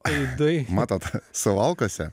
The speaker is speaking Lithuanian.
aidai matot suvalkuose